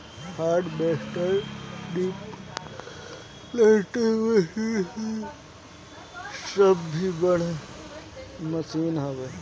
harvester, dibbler machine इ सब भी बड़ मशीन हवे